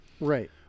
Right